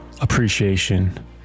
appreciation